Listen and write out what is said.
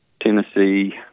Tennessee